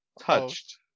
touched